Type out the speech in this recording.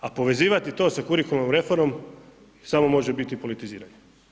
A povezivati to sa kurkularnom reformom, smo može biti politiziranje.